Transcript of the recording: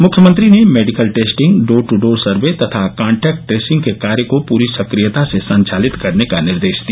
मुख्यमंत्री ने medical testing door to door survey तथा कान्टैक्ट ट्रेसिंग के कार्य को पूरी सक्रियता से संचालित करने का निर्देश दिया